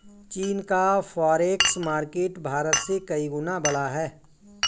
चीन का forex market Bharat से कई गुना बड़ा है